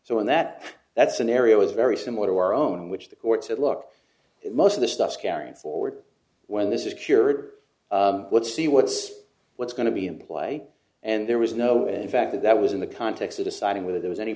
so in that that scenario is very similar to our own which the court said look most of the stuff carrying forward when this is cured would see what's what's going to be in play and there was no in fact that was in the context of deciding whether there was any